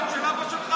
האולם של אבא שלך?